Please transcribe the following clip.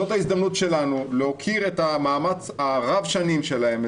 זאת ההזדמנות שלנו להוקיר את מאמץ רב השנים שלהם,